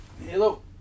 Hello